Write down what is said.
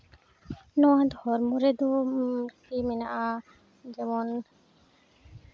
ᱱᱚᱣᱟ ᱫᱷᱚᱨᱢᱚ ᱨᱮᱫᱚ ᱢᱮᱱᱟᱜᱼᱟ ᱠᱤ ᱡᱮᱢᱚᱱ